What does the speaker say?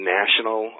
national